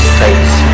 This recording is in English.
face